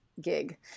gig